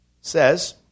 says